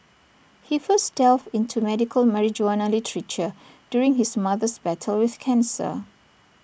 he first delved into medical marijuana literature during his mother's battle with cancer